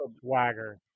Swagger